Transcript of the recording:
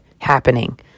happening